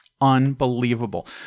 unbelievable